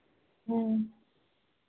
ਹਮ